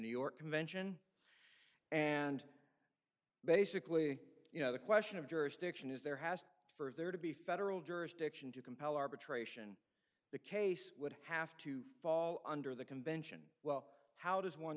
new york convention and basically you know the question of jurisdiction is there has for there to be federal jurisdiction to compel arbitration the case would have to fall under the convention well how does one